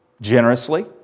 Generously